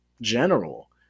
general